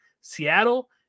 Seattle